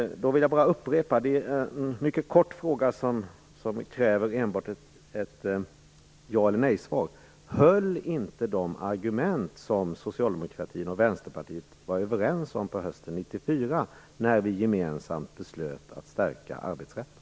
Då vill jag bara upprepa en mycket kort fråga som kräver enbart ett ja eller nej-svar: Höll inte de argument som Socialdemokraterna och Vänsterpartiet var överens om under hösten 1994, när vi gemensamt beslutade att stärka arbetsrätten?